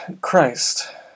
Christ